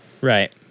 Right